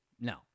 no